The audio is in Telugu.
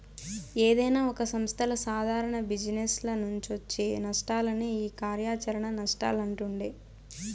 ఏదైనా ఒక సంస్థల సాదారణ జిజినెస్ల నుంచొచ్చే నష్టాలనే ఈ కార్యాచరణ నష్టాలంటుండె